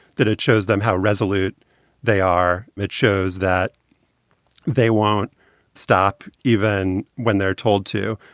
that it shows them how resolute they are. it shows that they won't stop even when they're told to.